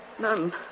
None